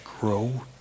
grow